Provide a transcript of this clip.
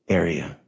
area